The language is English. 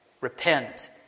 Repent